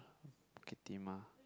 Bukit-Timah